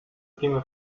prime